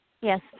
yes